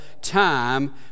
time